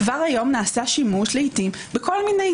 כבר היום נעשה שימוש לעיתים בכל מיני